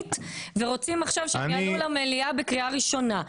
טרומית ורוצים עכשיו שהם יעלו למליאה בקריאה ראשונה.